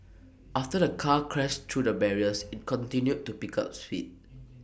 after the car crashed through the barriers IT continued to pick up speed